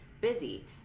busy